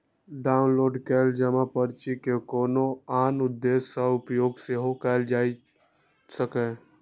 download कैल जमा पर्ची के कोनो आन उद्देश्य सं उपयोग सेहो कैल जा सकैए